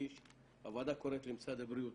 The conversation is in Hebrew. הוועדה קוראת למשרד הבריאות